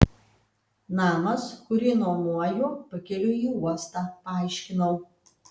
namas kurį nuomoju pakeliui į uostą paaiškinau